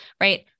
right